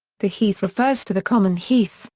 the heath refers to the common heath,